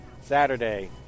Saturday